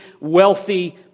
wealthy